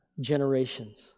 generations